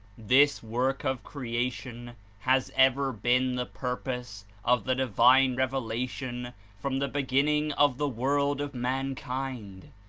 this work of creation has ever been the purpose of the divine revel ation from the beginning of the world of mankind,